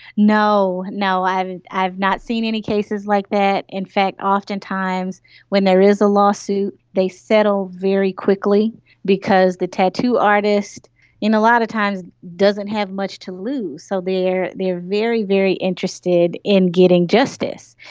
no, i've i've not seen any cases like that. in fact oftentimes when there is a lawsuit they settle very quickly because the tattoo artist in a lot of times doesn't have much to lose, so they are they are very, very interested in getting justice.